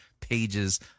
pages